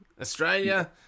australia